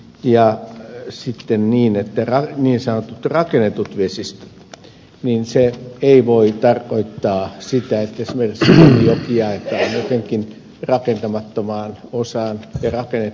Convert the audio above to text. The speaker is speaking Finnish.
ja niin sanottujen rakennettujen vesistöjen osalta se ei voi tarkoittaa sitä että esimerkiksi luonnonjokia jotenkin jaettaisiin rakentamattomaan osaan ja rakennettuun osaan